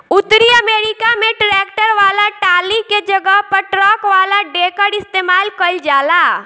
उतरी अमेरिका में ट्रैक्टर वाला टाली के जगह पर ट्रक वाला डेकर इस्तेमाल कईल जाला